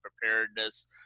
preparedness